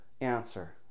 answer